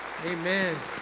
Amen